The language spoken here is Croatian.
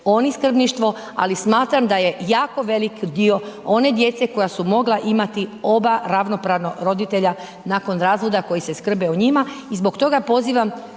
oni skrbništvo ali smatram da je jako velik dio one djece koja su mogla imati oba ravnopravno roditelja nakon razvoda koji se skrbe o njima. I zbog toga pozivam